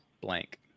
blank